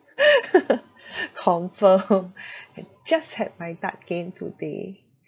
confirm I just had my dart game today